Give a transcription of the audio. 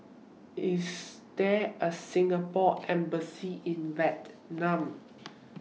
IS There A Singapore Embassy in Vietnam